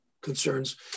concerns